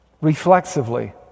reflexively